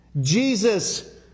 Jesus